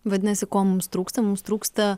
vadinasi ko mums trūksta mums trūksta